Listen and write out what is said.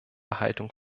haltung